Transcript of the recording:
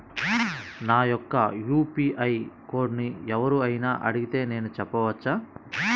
నా యొక్క యూ.పీ.ఐ కోడ్ని ఎవరు అయినా అడిగితే నేను చెప్పవచ్చా?